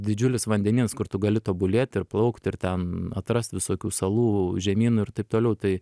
didžiulis vandenynas kur tu gali tobulėt ir plaukt ir ten atrast visokių salų žemynų ir taip toliau tai